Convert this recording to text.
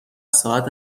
ساعت